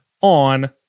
on